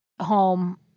home